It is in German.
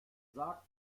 sagt